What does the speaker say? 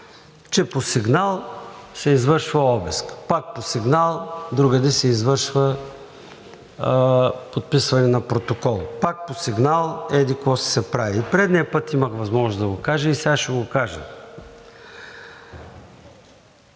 че по сигнал се извършва обиск. Пак по сигнал другаде се извършва подписване на протокол. Пак по сигнал еди-какво си се прави. И предния път имах възможност да го кажа, и сега ще го кажа.